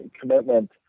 commitment